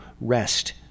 rest